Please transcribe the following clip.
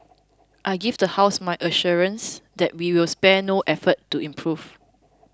I give the house my assurance that we will spare no effort to improve